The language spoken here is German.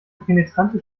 penetrante